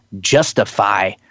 Justify